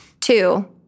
Two